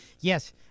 yes